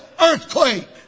earthquake